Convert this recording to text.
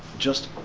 just